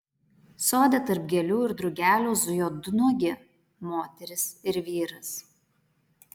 sode tarp gėlių ir drugelių zujo du nuogi moteris ir vyras